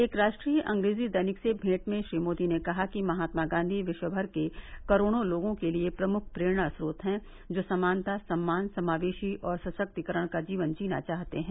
एक राष्ट्रीय अंग्रेजी दैनिक से मेंट में श्री मोदी ने कहा है कि महात्मा गांधी विश्वभर के करोड़ों लोगों के लिए प्रमुख प्रेरणा च्रोत हैं जो समानता सम्मान समावेशी और सशक्तिकरण का जीवन जीना चाहते हैं